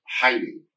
hiding